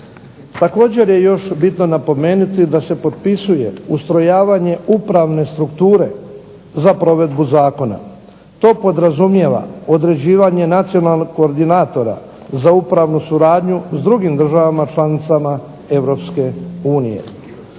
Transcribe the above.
Također je još bitno napomenuti da se potpisuje ustrojavanje upravne strukture za provedbu zakona. To podrazumijeva određivanje nacionalnog koordinatora za upravnu suradnju s drugim državama članicama